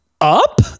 up